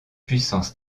puissance